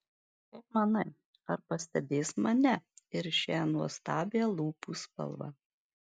kaip manai ar pastebės mane ir šią nuostabią lūpų spalvą